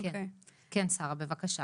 כן שרה בבקשה.